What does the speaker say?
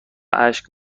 اشک